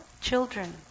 children